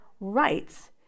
rights